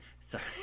Sorry